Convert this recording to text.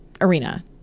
arena